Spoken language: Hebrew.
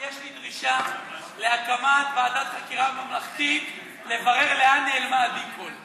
יש לי דרישה להקמת ועדת חקירה ממלכתית לברר לאן נעלמה עדי קול.